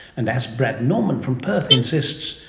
and as brad norman from perth insists,